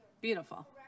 Beautiful